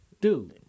Dude